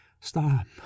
Stop